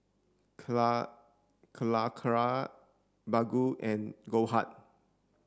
Cala Calacara Baggu and Goldheart